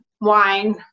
wine